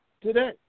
today